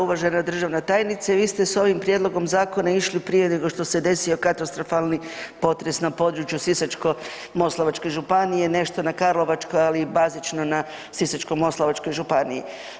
Uvažena državna tajnice vi ste s ovim prijedlogom zakona išli prije nego što se desio katastrofalni potres na području Sisačko-moslavačke županije, nešto na Karlovačkoj, ali bazično na Sisačko-moslavačkoj županiji.